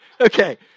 Okay